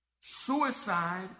Suicide